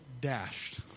dashed